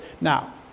Now